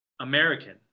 american